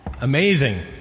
amazing